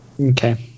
Okay